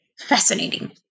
Fascinating